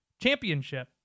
championship